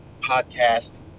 Podcast